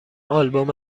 آلبوم